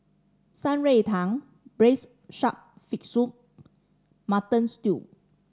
Shan Rui Tang braise shark fin soup Mutton Stew